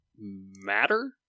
Matter